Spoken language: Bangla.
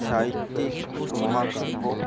সাহিত্যিক মহাকাব্য